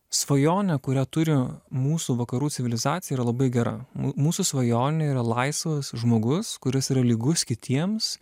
svajonė kurią turi mūsų vakarų civilizacija yra labai gera mū mūsų svajonė yra laisvas žmogus kuris yra lygus kitiems